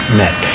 met